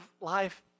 life